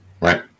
Right